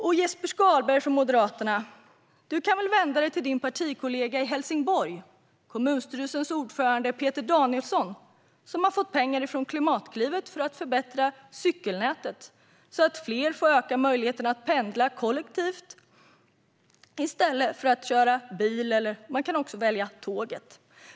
Jesper Skalberg Karlsson från Moderaterna! Du kan vända dig till din partikollega i Helsingborg, kommunstyrelsens ordförande Peter Danielsson, som har fått pengar från Klimatklivet för att förbättra cykelnätet så att fler får ökade möjligheter att pendla kollektivt med tåg i stället för att köra bil.